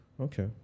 Okay